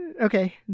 okay